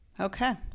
Okay